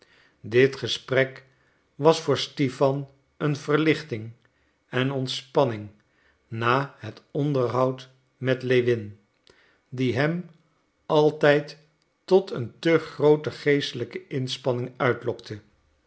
dit gesprek was voor stipan een verlichting en ontspanning na het onderhoud met lewin die hem altijd tot een te groote geestelijke inspanning uitlokte